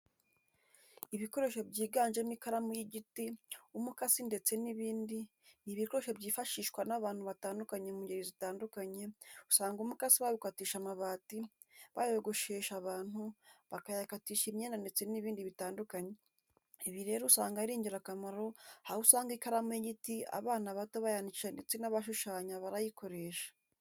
Ibikoresho byiganjemo ikaramu y'igiti, umukasi ndetse n'ibindi, ni ibikoresho byifashishwa n'abantu batandukanye mu ngeri zitandukanye, usanga umukasi bawukatisha amabati, bayogoshesha abantu, bayakatisha imyenda ndetse n'ibindi bitandukanye, ibi rero usanga ari ingirakamaro aho usanga ikaramu y'igiti abana bato bayandikisha ndetse n'abashushanya barayikoresha.